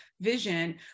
vision